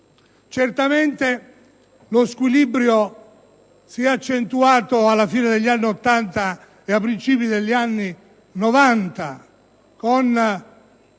Certamente, lo squilibrio si è accentuato alla fine degli anni '80 e al principio degli anni '90, con la